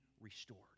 restored